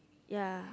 ya